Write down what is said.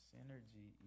Synergy